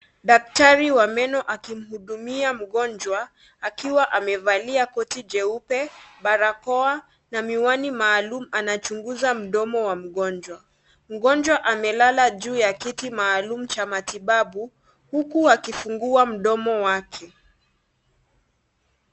Daktari wa meno akimhudumia mgonjwa akiwa amevalia koti jeupe, barakoa na miwani maalum anachunguza mdomo wa mgonjwa. Mgonjwa amelala juu ya kiti maalum cha matibabu huku akifungua mdomo wake.